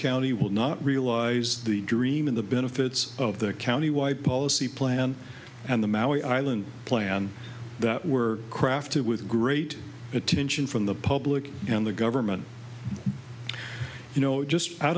county will not realize the dream in the benefits of the county wide policy plan and the maui island plan that were crafted with great attention from the public and the government you know just out